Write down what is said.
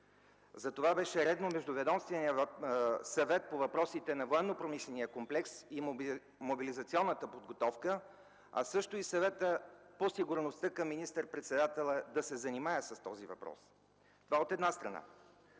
Затова беше редно Междуведомственият съвет по въпросите на военнопромишления комплекс и мобилизационната подготовка, а също и Съветът по сигурността към министър-председателя да се занимаят с този въпрос – това от една страна.